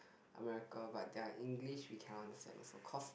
America but their English we cannot understand so cause